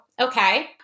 Okay